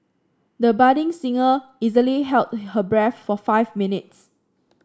the budding singer easily held her breath for five minutes